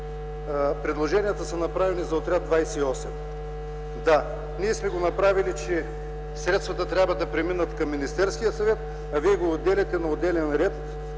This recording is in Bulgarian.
предложенията са направени за Отряд 28. Да, ние сме го направили, че средствата трябва да преминат към Министерския съвет, а вие го отделяте на отделен ред